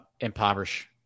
impoverish